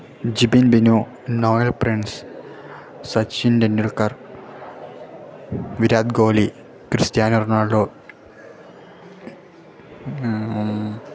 Jibin Binu Noel Prince Sachin Tendulkar Virat Kohli Cristiano Ronaldo